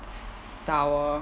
sour